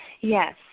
Yes